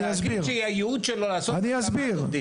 שתאגיד שהייעוד שלו לעשות --- אני אסביר.